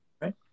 right